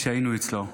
כשהיינו אצלו: